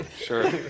Sure